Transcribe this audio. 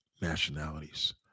nationalities